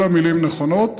כל המילים נכונות.